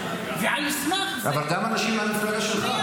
ועל סמך זה --- אבל גם אנשים מהמפלגה שלך.